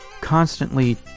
constantly